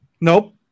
Nope